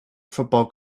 football